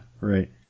right